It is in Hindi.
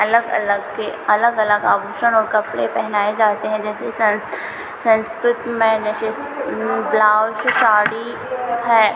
अलग अलग के अलग अलग आभूषण और कपड़े पहनाए जाते हैं जैसे सर संस्कृत में जैसे ब्लाउस साड़ी है